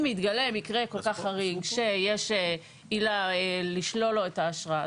אם יתגלה מקרה כל כך חריג שיש עילה לשלול לו את האשרה,